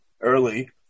early